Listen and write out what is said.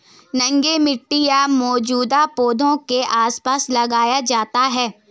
नंगे मिट्टी या मौजूदा पौधों के आसपास लगाया जाता है